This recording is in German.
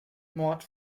mord